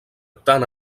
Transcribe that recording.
tant